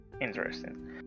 interesting